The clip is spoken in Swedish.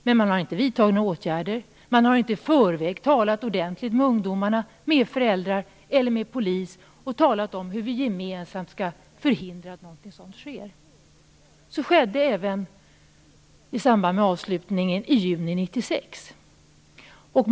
Men man har inte vidtagit några åtgärder, man har inte i förväg talat ordentligt med ungdomarna, med föräldrar eller polis om hur alla gemensamt skall kunna förhindra att sådant sker. Så målades det även i samband med avslutningen i juni 1996.